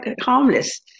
harmless